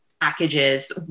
packages